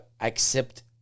accept